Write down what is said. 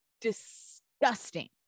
Disgusting